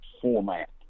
format